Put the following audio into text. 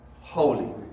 holy